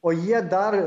o jie dar